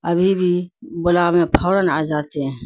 ابھی بھی بلاویں فوراً آ جاتے ہیں